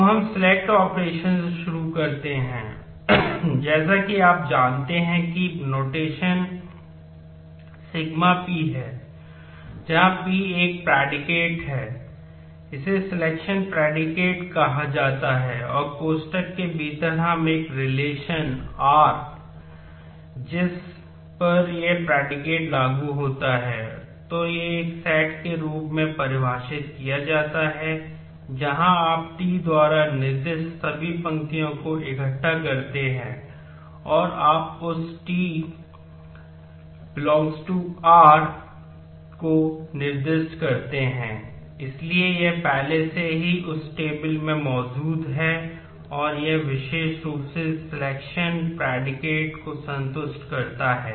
तो हम select operation को संतुष्ट करता है